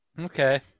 Okay